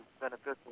beneficial